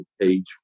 page